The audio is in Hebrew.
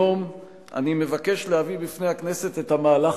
היום אני מבקש להביא בפני הכנסת את המהלך